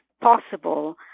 possible